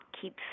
keep